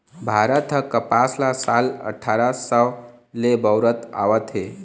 भारत ह कपसा ल साल अठारा सव ले बउरत आवत हे